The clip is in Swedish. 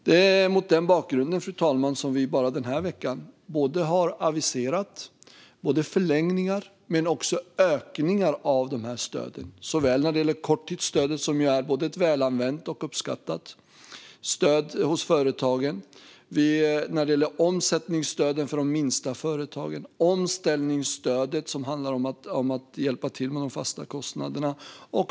Det är mot den bakgrunden, fru talman, som vi bara den här veckan har aviserat både förlängningar och ökningar av de här stöden såväl när det gäller korttidsstödet, som är ett både välanvänt och uppskattat stöd hos företagen, som när det gäller omsättningsstöden för de minsta företagen och omställningsstödet som handlar om att hjälpa till med de fasta kostnaderna.